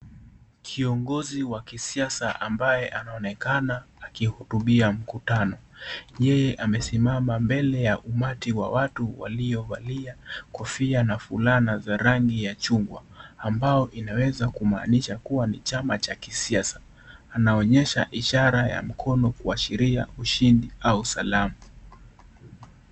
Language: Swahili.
Kiongozi wa kisiasa ambaye anaonekana akihutubia mkutano yeye amesimama mbele ya umati ya watu waliovalia kofia na fulana ya chungwa ambayo inaweza kumaanisha kuwa ni chama cha kisiasa anaonyesha ishara ya mkono kuashiria ushindi au salamu.